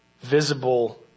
visible